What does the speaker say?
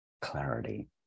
clarity